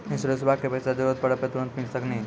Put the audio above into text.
इंश्योरेंसबा के पैसा जरूरत पड़े पे तुरंत मिल सकनी?